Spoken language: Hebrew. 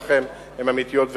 שלכם בוודאי היו אמיתיות ורצויות.